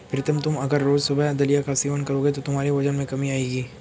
प्रीतम तुम अगर रोज सुबह दलिया का सेवन करोगे तो तुम्हारे वजन में कमी आएगी